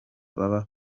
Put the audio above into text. baba